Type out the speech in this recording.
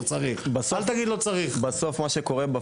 יש לי עוד פירוט בפנים.